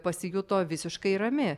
pasijuto visiškai rami